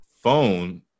phone